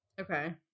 Okay